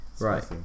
Right